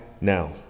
now